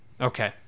Okay